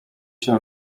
się